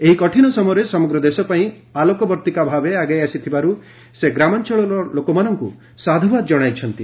ଏହି କଠିନ ସମୟରେ ସମଗ୍ର ଦେଶପାଇଁ ଆଲୋକବର୍ତ୍ତିକା ଭାବେ ଆଗେଇ ଆସିଥିବାରୁ ସେ ଗ୍ରାମାଞ୍ଚଳ ଲୋକମାନଙ୍କୁ ସାଧୁବାଦ କଣାଇଛନ୍ତି